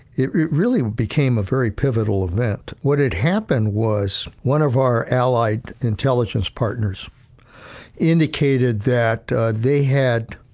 it really became a very pivotal event. what had happened was one of our allied intelligence partners indicated that they had